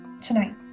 tonight